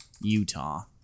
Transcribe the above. Utah